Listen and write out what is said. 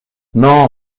non